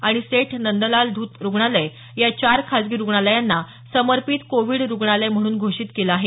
आणि सेठ नंदलाल धूत रुग्णालय या चार खाजगी रुग्णालयांना समर्पित कोवीड रूग्णालय म्हणून घोषित केलं आहे